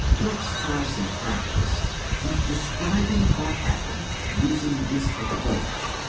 let's try some practice with describing what happened using this approach.